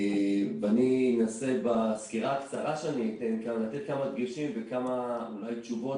ואני אנסה בסקירה הקצרה שאני אתן כאן לתת כמה דגשים ואולי כמה תשובות